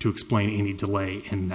to explain any delay in